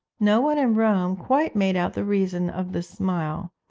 no one in rome quite made out the reason of this smile,